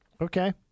Okay